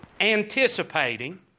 anticipating